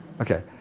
Okay